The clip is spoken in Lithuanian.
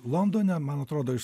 londone man atrodo iš